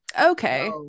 Okay